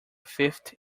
fifth